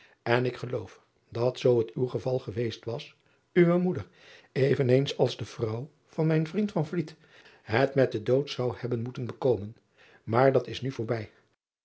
n ik geloof dat zoo het uw geval geweest was uwe moeder even eens als de vrouw van mijn vriend het met den dood zou hebben moeten bekoopen maar dat is nu voorbij